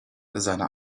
seiner